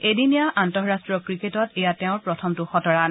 এদিনীয়া আন্তঃৰাষ্টীয় ক্ৰিকেটত এয়া তেওঁৰ প্ৰথমটো শতৰান